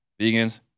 vegans